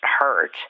hurt